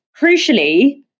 Crucially